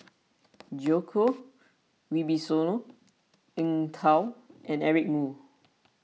Djoko Wibisono Eng Tow and Eric Moo